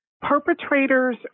Perpetrators